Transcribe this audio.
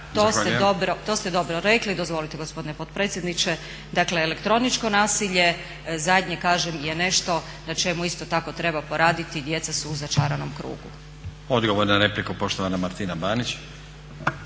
To ste dobro rekli, dozvolite gospodine potpredsjedniče, dakle elektroničko nasilje zadnje kažem je nešto na čemu isto tako treba poraditi. Djeca su u začaranom krugu. **Stazić, Nenad (SDP)** Odgovor na repliku, poštovana Martina Banić.